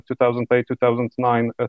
2008-2009